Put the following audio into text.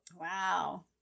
Wow